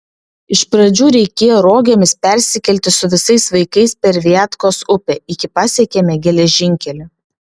iš pradžių reikėjo rogėmis persikelti su visais vaikais per viatkos upę iki pasiekėme geležinkelį